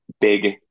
Big